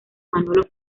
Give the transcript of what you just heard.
manolo